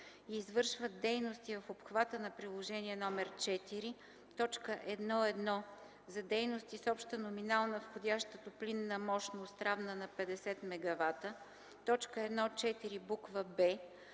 и извършват дейности в обхвата на приложение № 4, т. 1.1 за дейности с обща номинална входяща топлинна мощност равна на 50 МW; т. 1.4, буква